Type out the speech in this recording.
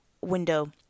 window